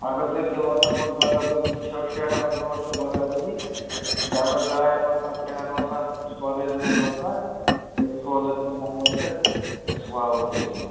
اگر تُہۍ گِلاسن منٛز بَرابٔری چھَو شیٹھن رۄپین منٛز چھَو بَرابٔری ڈبس ڈاے ہتھ وسنا ترٛےٚ ہتھ وسنا سۅادے زٕ ہتھ وسنا تیٚلہِ سوزَکھ بہٕ نَفر تہٕ أسۍ والو تیٚلہِ یِم